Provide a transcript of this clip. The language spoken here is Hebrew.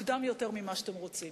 מוקדם יותר מה שאתם רוצים.